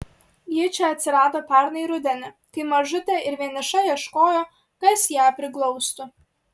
ji čia atsirado pernai rudenį kai mažutė ir vieniša ieškojo kas ją priglaustų